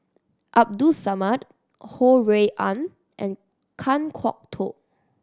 Abdul Samad Ho Rui An and Kan Kwok Toh